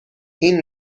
این